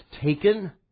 taken